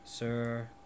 Sir